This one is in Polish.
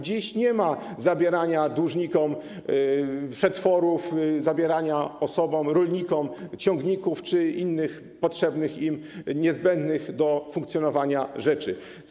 Dziś nie ma zabierania dłużnikom przetworów, zabierania rolnikom ciągników czy innych potrzebnych, niezbędnych do funkcjonowania rzeczy.